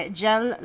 gel